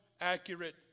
accurate